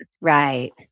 Right